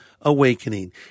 awakening